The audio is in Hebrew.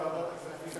העברה לוועדת הכספים.